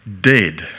dead